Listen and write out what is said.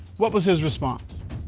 what was his response?